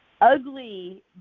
ugly